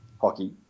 hockey